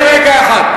בממשלה, רק רגע אחד.